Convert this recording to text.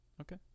Okay